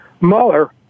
Mueller